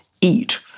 eat